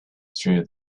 through